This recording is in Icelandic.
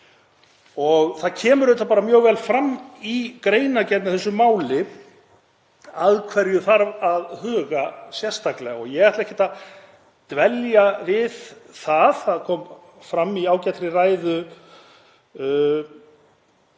Það kemur mjög vel fram í greinargerð með þessu máli að hverju þarf að huga sérstaklega. Ég ætla ekki að dvelja við það, það kom fram í ágætri ræðu